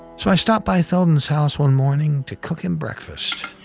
so i stop by theldon's house one morning to cook him breakfast.